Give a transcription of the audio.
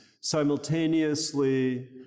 simultaneously